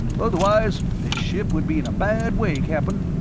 otherwise this ship would be in a bad way, cap'n.